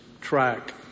track